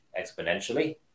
exponentially